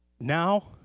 Now